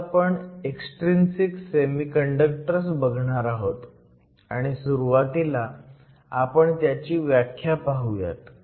आज आपण extrinsic semiconductors बघणार आहोत आणि सुरुवातीला आपण त्याची व्याख्या पाहुयात